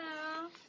Hello